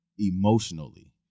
emotionally